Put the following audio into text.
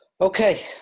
Okay